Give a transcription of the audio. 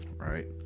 right